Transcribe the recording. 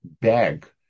bag